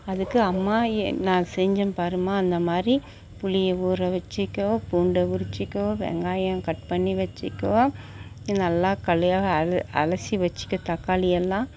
அதுக்கு அம்மா நான் செஞ்சேன் பாரும்மா அந்தமாதிரி புளியை ஊற வச்சுக்கோ பூண்டை உரிச்சுக்கோ வெங்காயம் கட் பண்ணி வச்சுக்கோ நல்லா களைய அலசி வச்சுக்க தக்காளியெல்லாம்